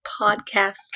Podcast